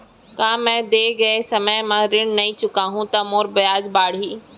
का मैं दे गए समय म ऋण नई चुकाहूँ त मोर ब्याज बाड़ही?